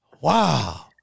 Wow